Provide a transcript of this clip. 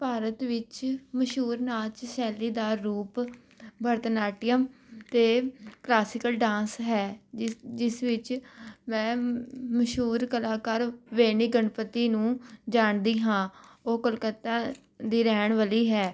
ਭਾਰਤ ਵਿੱਚ ਮਸ਼ਹੂਰ ਨਾਚ ਸ਼ੈਲੀ ਦਾ ਰੂਪ ਭਰਤਨਾਟਿਅਮ ਅਤੇ ਕਲਾਸੀਕਲ ਡਾਂਸ ਹੈ ਜਿਸ ਜਿਸ ਵਿੱਚ ਮੈਂ ਮਸ਼ਹੂਰ ਕਲਾਕਾਰ ਵੈਨੀ ਗਨਪਤੀ ਨੂੰ ਜਾਣਦੀ ਹਾਂ ਉਹ ਕਲਕੱਤਾ ਦੀ ਰਹਿਣ ਵਾਲੀ ਹੈ